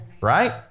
right